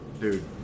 dude